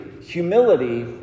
humility